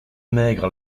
maigre